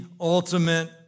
ultimate